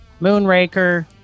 Moonraker